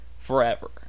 forever